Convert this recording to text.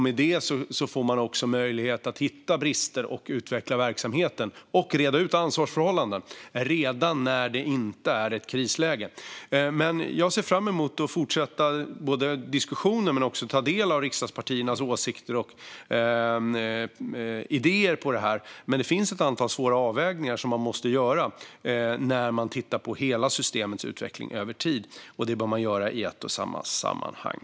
Med det får man också möjlighet att hitta brister, utveckla verksamheten och reda ut ansvarsförhållanden redan när det inte är ett krisläge. Jag ser fram emot att fortsätta diskussionen och att ta del av riksdagspartiernas åsikter och idéer om detta. Men det finns ett antal svåra avvägningar som man måste göra när man tittar på hela systemets utveckling över tid. Det bör man göra i ett och samma sammanhang.